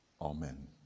amen